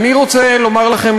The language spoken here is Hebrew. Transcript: אני רוצה לומר לכם,